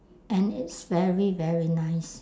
and it's very very nice